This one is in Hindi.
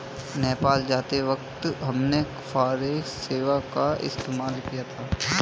नेपाल जाते वक्त हमने फॉरेक्स सेवा का इस्तेमाल किया था